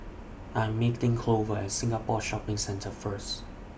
I Am meeting Glover At Singapore Shopping Centre First